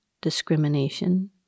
discrimination